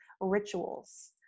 rituals